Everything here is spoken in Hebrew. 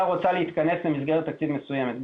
רוצה להתכנס למסגרת תקציב מסוימת.